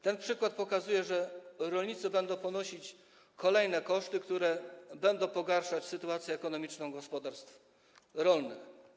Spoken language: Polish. Ten przykład pokazuje, że rolnicy będą ponosić kolejne koszty, które będą pogarszać sytuację ekonomiczną gospodarstw rolnych.